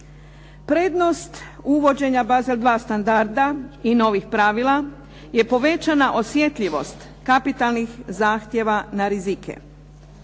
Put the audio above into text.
Prednost uvođenja Basel 2 standarda i novih pravila je povećana osjetljivost kapitalnih zahtjeva na rizike.